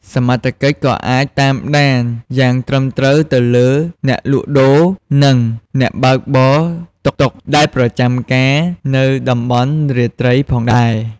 សមត្ថកិច្ច ក៏អាច តាមដាន យ៉ាងត្រឹមត្រូវទៅលើ អ្នកលក់ដូរ និង អ្នកបើកបរតុកតុក ដែលប្រចាំការនៅតំបន់រាត្រីផងដែរ។